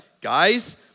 Guys